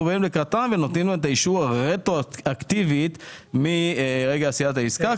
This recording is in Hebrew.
פה אנחנו באים לקראתן ונותנים להן אישור רטרואקטיבי מרגע עשיית העסקה.